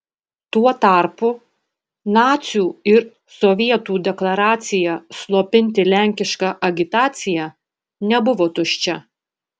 tuo tarpu nacių ir sovietų deklaracija slopinti lenkišką agitaciją nebuvo tuščia